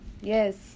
Yes